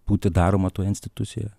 būti daroma toje institucijoje